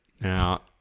Now